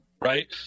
Right